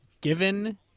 given